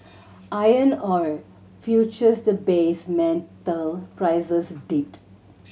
iron ore futures the base metal prices dipped